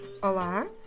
Olá